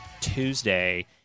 Tuesday